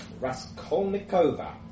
Raskolnikova